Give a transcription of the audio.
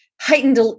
heightened